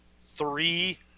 Three